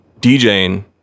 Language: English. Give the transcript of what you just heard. DJing